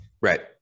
Right